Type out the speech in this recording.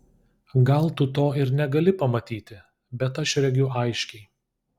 gal tu to ir negali pamatyti bet aš regiu aiškiai